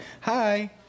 hi